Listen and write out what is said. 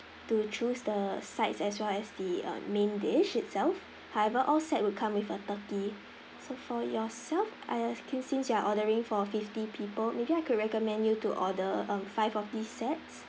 to choose the sides as well as the uh main dish itself however all set will come with a turkey so for yourself I uh okay since you're ordering for fifty people maybe I could recommend you to order um five of these sets